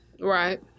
Right